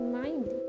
mind